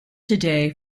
today